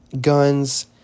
guns